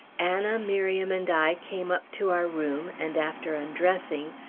anna, miriam, and i came up to our room, and after undressing,